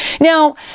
Now